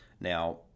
Now